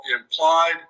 implied